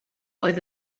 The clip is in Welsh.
oedd